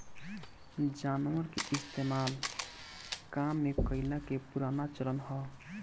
जानवर के इस्तेमाल काम में कइला के पुराना चलन हअ